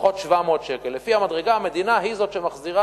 פחות 700 שקל, לפי המדרגה, המדינה היא זו שמחזירה.